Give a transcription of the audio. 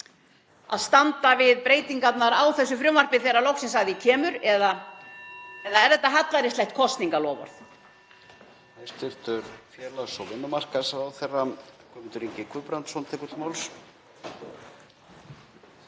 að standa við breytingarnar á þessu frumvarpi þegar loksins að því kemur eða er þetta hallærislegt kosningaloforð?